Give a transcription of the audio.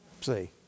See